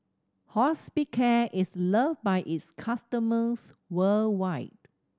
hospicare is loved by its customers worldwide